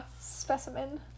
Specimen